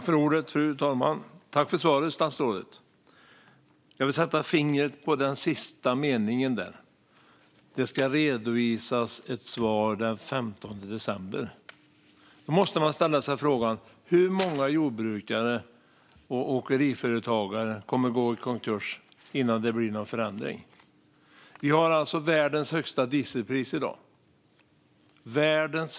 Fru talman! Tack för svaret, statsrådet! Jag vill sätta fingret på den sista meningen. Det ska redovisas ett svar den 15 december. Då måste man ställa sig frågan: Hur många jordbrukare och åkeriföretagare kommer att gå i konkurs innan det blir någon förändring? Vi har alltså världens högsta dieselpris i dag.